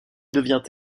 devient